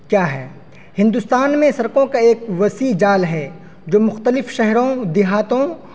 کیا ہے ہندوستان میں سڑکوں کا ایک وسیع جال ہے جو مختلف شہروں دیہاتوں